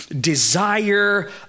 desire